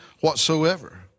whatsoever